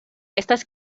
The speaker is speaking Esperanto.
estas